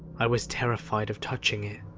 i was terrified of touching it,